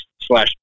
slash